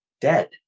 dead